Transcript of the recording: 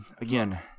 Again